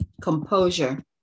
Composure